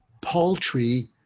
paltry